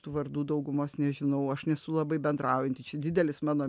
tų vardų daugumos nežinau aš nesu labai bendraujanti čia didelis mano